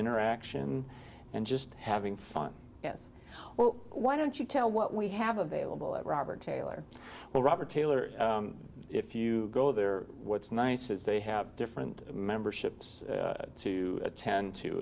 interaction and just having fun well why don't you tell what we have available at robert taylor well robert taylor if you go there what's nice is they have different memberships to attend